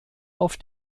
auf